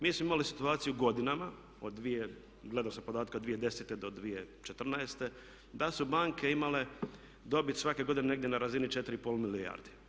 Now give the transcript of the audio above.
Mi smo imali situaciju godinama od, gledao sam podatke od 2010. do 2014. da su banke imale dobit svake godine negdje na razini 4,5 milijarde.